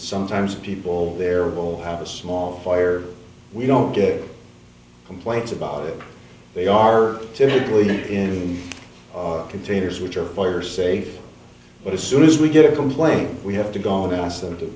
sometimes people there will have a small fire we don't get complaints about it they are typically in containers which are they are safe but as soon as we get a complaint we have to go and ask them to